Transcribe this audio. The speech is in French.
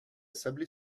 sablé